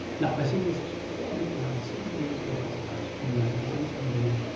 now i see this is forty nine centimeters, which is about nineteen inch. i believe.